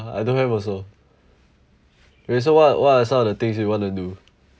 I don't have also okay so what what are some of the things you wanna do